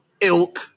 ilk